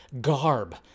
garb